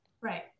Right